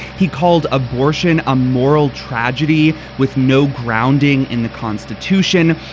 he called abortion a moral tragedy with no grounding in the constitution.